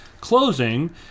closing